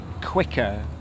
quicker